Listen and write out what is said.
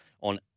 on